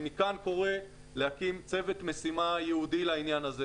אני מכאן קורא להקים צוות משימה ייעודי לעניין הזה,